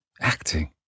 Acting